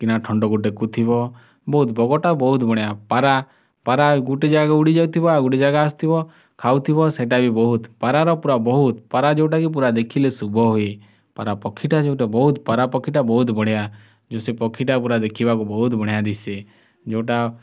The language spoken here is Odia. କିନା ଥଣ୍ଟକୁ ଟେକୁଥିବ ବହୁତ ବଗଟା ବହୁତ ବଢ଼ିଆ ପାରା ପାରା ଗୁଟେ ଜାଗାକୁ ଉଡ଼ିଯାଇଥିବ ଆଉ ଗୁଟେ ଜାଗା ଆସିଥିବ ଖାଉଥିବ ସେଟା ବି ବହୁତ ପାରାର ପୂରା ବହୁତ ପାରା ଯେଉଁଟା କି ପୂରା ଦେଖିଲେ ଶୁଭ ହୁଏ ପାରା ପକ୍ଷୀଟା ଯେଉଁଟା ବହୁତ ପାରା ପକ୍ଷୀଟା ବହୁତ ବଢ଼ିଆ ଯେଉଁ ସେ ପକ୍ଷୀଟା ପୂରା ଦେଖିବାକୁ ବହୁତ ବଢ଼ିଆ ଦିଶେ ଯେଉଁଟା